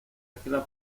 izquierda